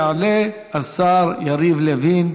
יעלה השר יריב לוין,